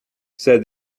said